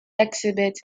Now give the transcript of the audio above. exhibits